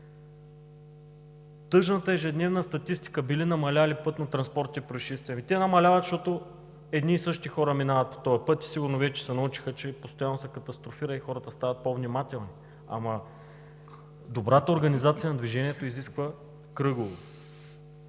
Тъжната ежедневна статистика – били намалели пътнотранспортните произшествия, те намаляват, защото едни и същи хора минават по този път и сигурно вече се научиха, че постоянно се катастрофира – хората стават по-внимателни. Но добрата организация на движението изисква кръгово.